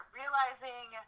realizing